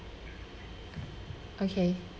okay